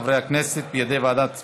שהחזירה ועדת העבודה,